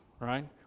right